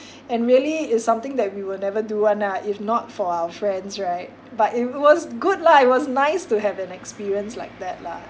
and really it's something that we will never do [one] lah if not for our friends right but it was good lah it was nice to have an experience like that lah